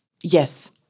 Yes